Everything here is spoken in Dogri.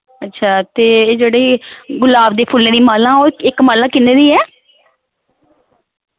अच्छा ते एह् जेह्ड़े गुलाब फुल्लें दी माला ओह् इक माला किन्ने दी ऐ